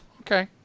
okay